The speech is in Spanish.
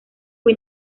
fue